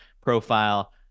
profile